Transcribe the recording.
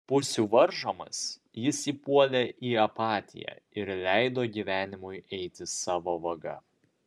pusių varžomas jis įpuolė į apatiją ir leido gyvenimui eiti savo vaga